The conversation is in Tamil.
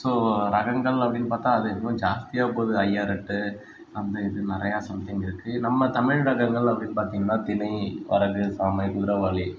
ஸோ ரகங்கள் அப்படின்னு பார்த்தால் அது இன்னும் ஜாஸ்தியாக போகுது ஐஆர் எட்டு அந்த இது நிறையா சம்திங் இருக்குது நம்ம தமிழ் ரகங்கள் அப்படின்னு பார்த்தீங்கன்னா தினை வரகு சாமை குதிரைவாலி